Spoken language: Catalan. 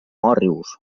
òrrius